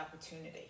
opportunity